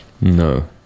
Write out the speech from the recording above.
No